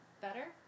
better